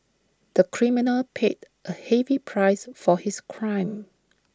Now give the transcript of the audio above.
the criminal paid A heavy price for his crime